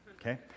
okay